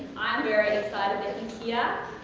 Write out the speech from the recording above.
i'm very excited that yeah